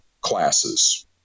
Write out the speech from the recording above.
classes